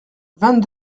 vingt